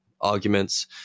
arguments